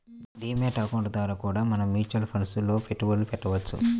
D mat account ద్వారా కూడా మనం మ్యూచువల్ ఫండ్స్ లో పెట్టుబడులు పెట్టవచ్చు